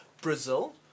Brazil